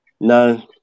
No